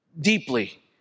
deeply